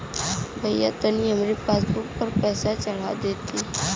भईया तनि हमरे पासबुक पर पैसा चढ़ा देती